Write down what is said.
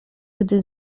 gdy